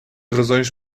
razões